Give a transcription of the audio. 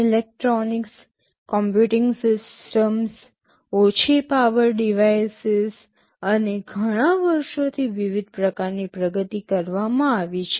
electronics computing systems ઓછી power devices અને ઘણા વર્ષોથી વિવિધ પ્રકારની પ્રગતિ કરવામાં આવી છે